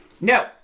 No